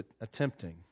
attempting